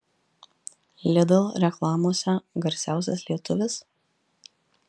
lidl reklamose garsiausias lietuvis